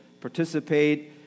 participate